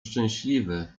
szczęśliwy